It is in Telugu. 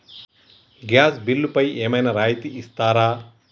గ్యాస్ బిల్లుపై ఏమైనా రాయితీ ఇస్తారా?